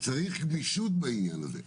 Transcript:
צריך גמישות בעניין הזה.